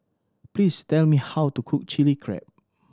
please tell me how to cook Chili Crab